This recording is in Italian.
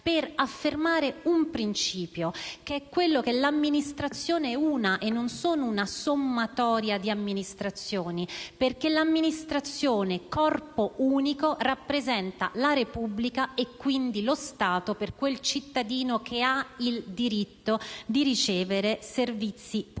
per affermare il principio che l'amministrazione è una, che non è una sommatoria di amministrazioni e che, in quanto corpo unico, rappresenta la Repubblica e quindi lo Stato per quel cittadino che ha il diritto di ricevere servizi pubblici